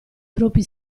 propri